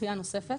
לדחייה נוספת.